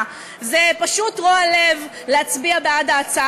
תאפשרו לנו להאזין ולהקליט את מה שקורה שעות רבות במשך היום עם ההורים